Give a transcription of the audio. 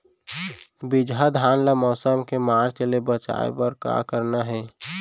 बिजहा धान ला मौसम के मार्च ले बचाए बर का करना है?